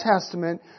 Testament